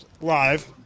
live